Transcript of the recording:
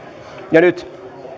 ja nyt